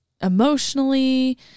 emotionally